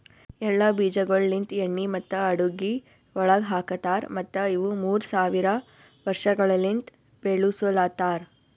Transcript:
ಎಳ್ಳ ಬೀಜಗೊಳ್ ಲಿಂತ್ ಎಣ್ಣಿ ಮತ್ತ ಅಡುಗಿ ಒಳಗ್ ಹಾಕತಾರ್ ಮತ್ತ ಇವು ಮೂರ್ ಸಾವಿರ ವರ್ಷಗೊಳಲಿಂತ್ ಬೆಳುಸಲತಾರ್